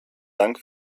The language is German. dank